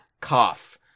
cough